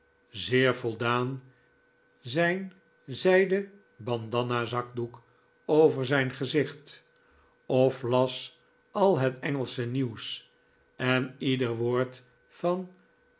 zeer voldaan zijn zijden bandanna zakdoek over zijn gezicht of las al het engelsche nieuws en ieder woord van